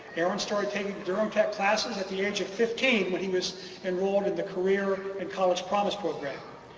aaron started taking durham tech classes at the age of fifteen when he was enrolled in the career and college promise program.